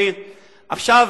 הכותל המערבי.